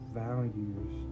values